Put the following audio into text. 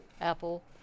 Apple